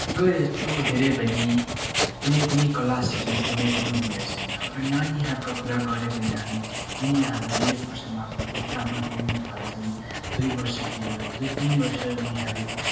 अगर यस्तो हेऱ्यो भने कुनै पनि कला सिक्ने कुनै पनि उमेर छैन अगर नानीहरूका कुरा गऱ्यो भने हामी उनीहरू डेढ वर्षमा आफ्नो खुट्टामा हिँड्न थाल्छन् दुई वर्षतिर दुई तिन वर्ष उनीहरू